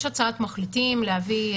יש הצעת מחליטים להביא.